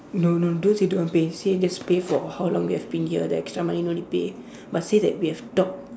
no no don't say don't want pay say just pay for how long we have been here the extra money no need pay but say that we have talked